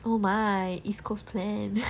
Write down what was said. oh my east coast plan